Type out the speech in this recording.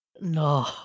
No